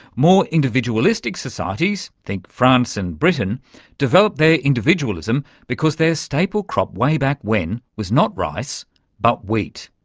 more individualistic societies think france and britain developed their individualism because their staple crop way back when was not rice but wheat.